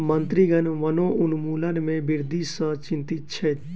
मंत्रीगण वनोन्मूलन में वृद्धि सॅ चिंतित छैथ